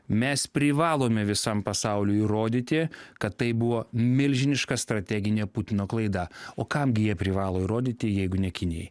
mes privalome visam pasauliui įrodyti kad tai buvo milžiniška strateginė putino klaida o kam gi jie privalo įrodyti jeigu ne kinijai